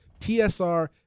TSR